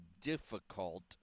difficult